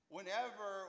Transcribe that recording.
Whenever